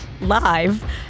live